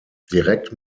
direkt